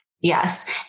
Yes